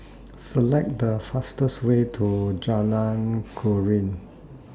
Select The fastest Way to Jalan Keruing